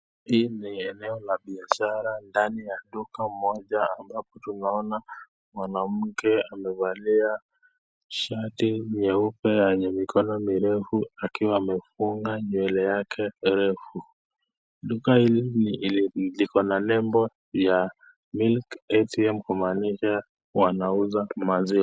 Hii ni eneo la biashara, ndani duka moja ambapo tunaona mwanamke amevalia shati nyeupe enye mikono mirefu, akiwa amefungua nywele yake refu. Duka hili liko na nembo ya milk ATM kumanisha wanauza maziwa.